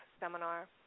seminar